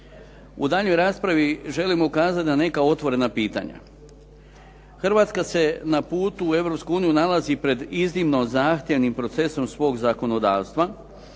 U daljnjoj raspravi želimo ukazati na neka otvorena pitanja. Hrvatska se na putu u Europsku uniju nalazi pred iznimno zahtjevnim procesom svog zakonodavstva,